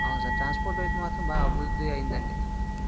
అవును sir transport వైపు మాత్రం బాగా అభివృద్ధి అయ్యిందండి